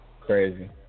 crazy